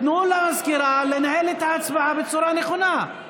תנו לסגנית המזכירה לנהל את ההצבעה בצורה נכונה.